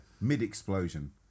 mid-explosion